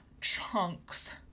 chunks